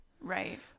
right